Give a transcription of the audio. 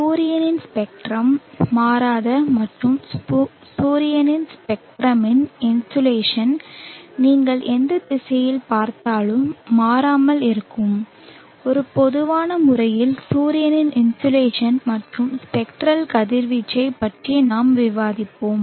சூரியனின் ஸ்பெக்ட்ரம் மாறாத மற்றும் சூரியனின் ஸ்பெக்ட்ரமின் இன்சோலேஷன் நீங்கள் எந்த திசையில் பார்த்தாலும் மாறாமல் இருக்கும் ஒரு பொதுவான முறையில் சூரியனின் இன்சோலேஷன் மற்றும் ஸ்பெக்ட்ரல் கதிர்வீச்சு பற்றி நாம் விவாதித்தோம்